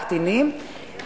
קטינים,